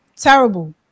terrible